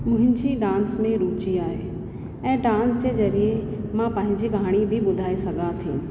मुंहिंजी डांस में रुची आहे ऐं डांस जे ज़रिये मां पंहिंजी कहाणी बि ॿुधाए सघां थी